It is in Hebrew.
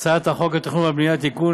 הצעת חוק התכנון והבנייה (תיקון,